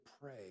pray